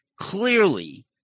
clearly